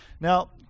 Now